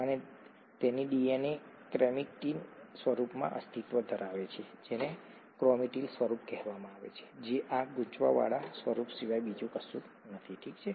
અને તેથી DNA chromatin સ્વરૂપમાં અસ્તિત્વ ધરાવે છે જેને ક્રોમેટીન સ્વરૂપ કહેવામાં આવે છે જે આ ગૂંચળાવાળા સ્વરૂપ સિવાય બીજું કશું જ નથી ઠીક છે